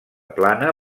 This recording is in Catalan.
plana